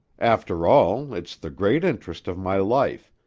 after all, it's the great interest of my life,